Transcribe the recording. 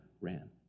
ran